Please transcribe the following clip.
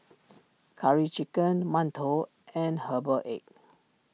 Curry Chicken Mantou and Herbal Egg